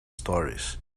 stories